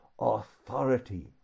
authority